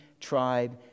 tribe